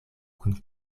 kun